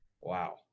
Wow